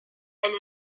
elle